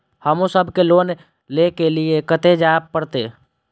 हमू सब के लोन ले के लीऐ कते जा परतें?